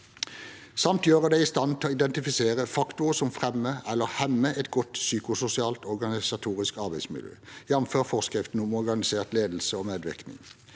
samt gjøre dem i stand til å identifisere faktorer som fremmer eller hemmer et godt psykososialt og organisatorisk arbeidsmiljø, jf. forskriften om organisert ledelse og medvirkning.